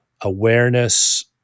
awareness